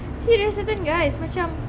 serious certain guys macam